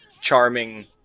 charming